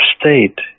state